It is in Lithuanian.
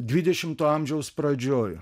dvidešimto amžiaus pradžioj